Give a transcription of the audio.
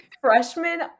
Freshman